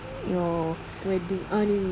your wedding ah ni ni